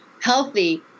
healthy